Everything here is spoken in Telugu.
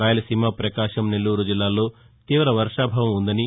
రాయలసీమ ప్రకాశం నెల్లూరు జిల్లాల్లో తీవ వర్షాభావం ఉందని